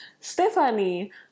stephanie